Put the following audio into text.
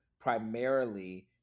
primarily